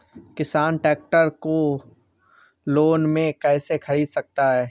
किसान ट्रैक्टर को लोन में कैसे ख़रीद सकता है?